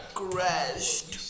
crashed